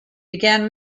began